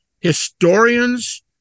historians